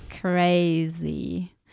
Crazy